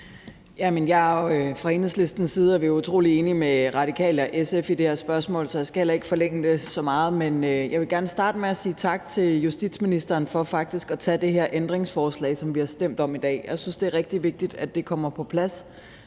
tak. Fra Enhedslistens side er vi utrolig enige med Radikale og SF i det her spørgsmål, så jeg skal heller ikke forlænge det så meget. Men jeg vil gerne starte med at sige tak til justitsministeren for faktisk at tage det her ændringsforslag, som vi har stemt om i dag. Jeg synes, det er rigtig vigtigt, at det kommer på plads